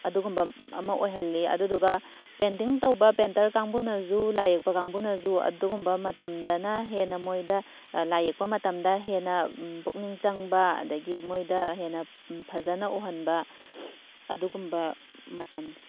ꯑꯗꯨꯒꯨꯝꯕ ꯑꯃ ꯑꯣꯏꯍꯜꯂꯤ ꯑꯗꯨꯗꯨꯒ ꯄꯦꯟꯇꯤꯡ ꯇꯧꯕ ꯄꯦꯟꯇꯔ ꯀꯥꯡꯕꯨꯅꯁꯨ ꯂꯥꯏ ꯌꯦꯛꯄ ꯀꯥꯡꯕꯨꯅꯁꯨ ꯑꯗꯨꯒꯨꯝꯕ ꯃꯇꯝꯗꯅ ꯍꯦꯟꯅ ꯃꯣꯏꯗ ꯂꯥꯏ ꯌꯦꯛꯄ ꯃꯇꯝꯗ ꯍꯦꯟꯅ ꯄꯨꯛꯅꯤꯡ ꯆꯪꯕ ꯑꯗꯒꯤ ꯃꯣꯏꯗ ꯍꯦꯟꯅ ꯐꯖꯅ ꯎꯍꯟꯕ ꯑꯗꯨꯒꯨꯝꯕ ꯃꯇꯝꯅꯤ